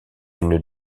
une